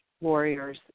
warriors